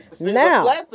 Now